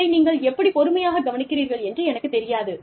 இதை நீங்கள் எப்படி பொறுமையாகக் கவனிக்கிறீர்கள் என்று எனக்குத் தெரியாது